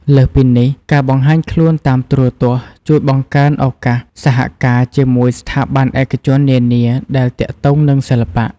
លើសពីនេះ ការបង្ហាញខ្លួនតាមទូរទស្សន៍ជួយបង្កើនឱកាសសហការជាមួយស្ថាប័នឯកជននានាដែលទាក់ទងនឹងសិល្បៈ។